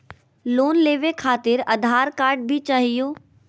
Loan लेवे खातिरआधार card भी चाहियो?